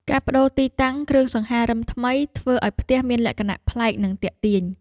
ការប្តូរទីតាំងគ្រឿងសង្ហារឹមថ្មី ធ្វើឱ្យផ្ទះមានលក្ខណៈប្លែក និងទាក់ទាញ។